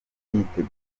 yiteguye